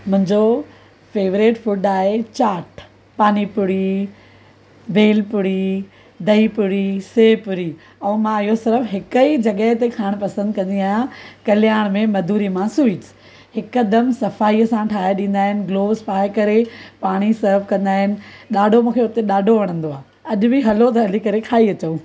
मुंहिंजो favourite food आहे चाट पानीपुरी भेलपुरी दहीपुरी सेवपुरी ऐं मां इहो सभु हिकु ई जॻह ते खाइण पसंदि कंदी आहियां कल्याण में मधूरिमा स्वीट्स हिकदमि सफ़ाईअ सां ठाहे ॾींदा आहिनि ग्लोव्ज़ पाए करे पाण ई सर्व कंदा आहिनि ॾाढो मूंखे हुते ॾाढो वणंदो आहे अॼु बि हलो त हली करे खाई अचूं